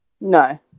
No